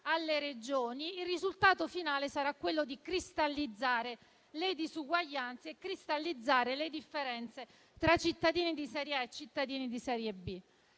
alle Regioni. Il risultato finale sarà quello di cristallizzare le disuguaglianze e le differenze tra cittadini di serie A e cittadini di serie B.